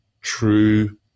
true